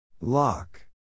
Lock